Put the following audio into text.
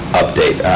update